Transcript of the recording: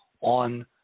on